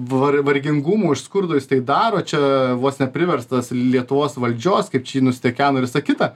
var vargingumo iš skurdo jis tai daro čia vos ne priverstas lietuvos valdžios kaip čia jį nustekeno ir visa kita